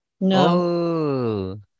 no